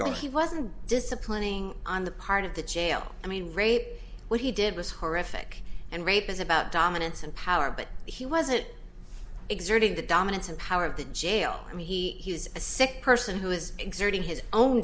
guy he wasn't disciplining on the part of the jail i mean rape what he did was horrific and rape is about dominance and power but he wasn't exerting the dominance of power at the jail i mean he is a sick person who is exerting his own